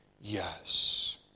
yes